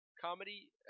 Comedy